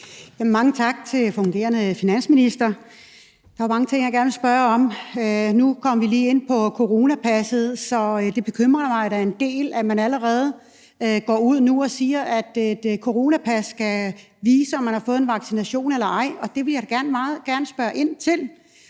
Mange tak til den fungerende finansminister. Der er mange ting, jeg gerne vil spørge om. Nu kom vi lige ind på coronapasset, og det bekymrer mig da en del, at man allerede går ud nu og siger, at et coronapas skal vise, om man har fået en vaccination eller ej – det vil jeg da meget gerne spørge ind til.